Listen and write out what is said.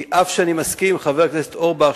כי אף שאני מסכים עם חבר הכנסת אורבך,